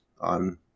on